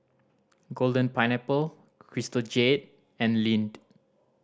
Golden Pineapple Crystal Jade and Lindt